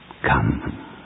Come